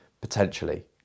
potentially